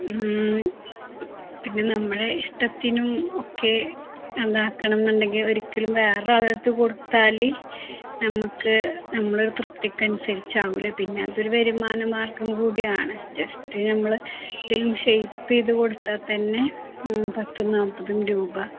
പിന്നെ നമ്മളെ ഇഷ്ടത്തിനും ഒക്കെ ഇതാക്കണമെന്നുണ്ടെങ്കില് ഒരിക്കലും വേറൊരാളുടെയടുത്തു കൊടുത്താല് നമ്മള്ക്കു നമ്മളൊരു തൃപ്തിക്കനുസരിച്ചാവില്ല പിന്നെ അതൊരു വരുമാന മാർഗ്ഗം കൂടിയാണ് ജസ്റ്റ് നമ്മള് ഇതിലും ഷേപ്പെയ്തു കൊടുത്താല്ത്തന്നെ പത്തും നാല്പതും രൂപ